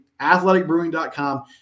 athleticbrewing.com